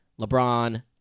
LeBron